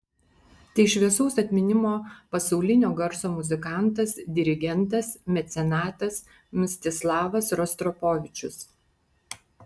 tai šviesaus atminimo pasaulinio garso muzikantas dirigentas mecenatas mstislavas rostropovičius